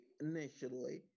initially